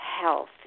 health